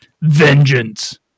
Vengeance